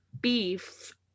beef